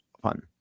fun